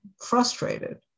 frustrated